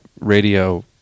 radio